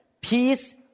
Peace